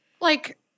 Like-